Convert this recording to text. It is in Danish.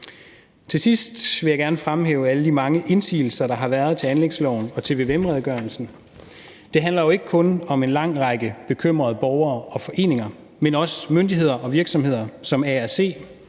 Til sidst vil jeg gerne fremhæve de mange indsigelser, der har været til anlægsloven og til vvm-redegørelsen. Det handler jo ikke kun om en lang række bekymrede borgere og foreninger, men også myndigheder og virksomheder som ARC,